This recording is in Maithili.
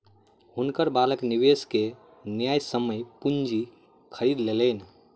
हुनकर बालक निवेश कय के न्यायसम्य पूंजी खरीद लेलैन